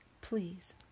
Please